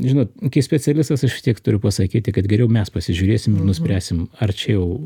žinot kai specialistas aš vistiek turiu pasakyti kad geriau mes pasižiūrėsim nuspręsim ar čia jau